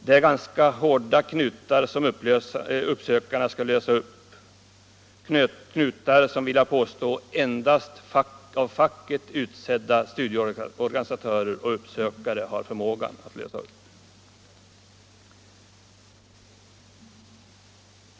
Det är ganska hårda knutar som uppsökarna skall lösa upp, knutar som -— det vill jag påstå — endast av facket utsedda studieorganisatörer och uppsökare har förmåga att klara.